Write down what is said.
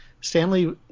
Stanley